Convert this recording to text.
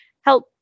help